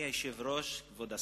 אדוני היושב-ראש, כבוד השר,